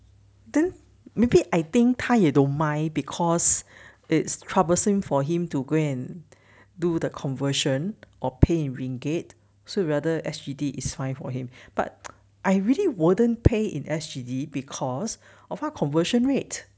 then maybe I think 他也 don't mind because it's troublesome for him to go and do the conversion or pay ringgit so rather S_G_D is fine for him but I really wouldn't pay in S_G_D because of 它 conversion rate